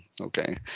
Okay